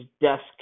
desk